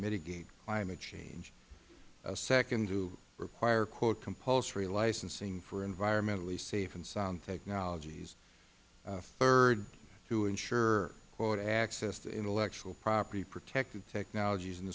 mitigate climate change a second to require compulsory licensing for environmentally safe and sound technologies a third to ensure access to intellectual property protected technologies and